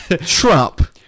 Trump